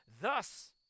thus